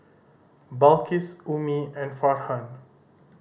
Balqis Ummi and Farhan